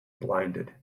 blinded